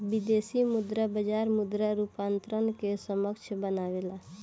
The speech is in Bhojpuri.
विदेशी मुद्रा बाजार मुद्रा रूपांतरण के सक्षम बनावेला